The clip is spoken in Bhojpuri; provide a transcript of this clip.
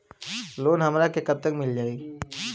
लोन हमरा के कब तक मिल जाई?